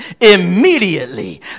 Immediately